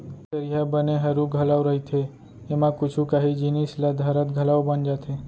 चरिहा बने हरू घलौ रहिथे, एमा कुछु कांही जिनिस ल धरत घलौ बन जाथे